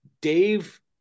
Dave